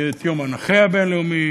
ואת יום הנכה הבין-לאומי,